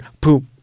Poop